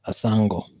Asango